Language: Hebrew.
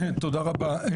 תודה רבה.